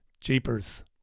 jeepers